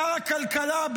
שר הכלכלה,